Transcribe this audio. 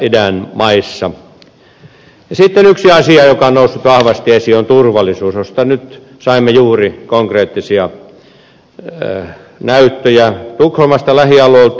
sitten yksi asia joka on noussut vahvasti esiin on turvallisuus josta nyt saimme juuri konkreettisia näyttöjä tukholmasta lähialueilta